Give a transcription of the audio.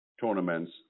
tournaments